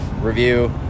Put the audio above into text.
review